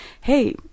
hey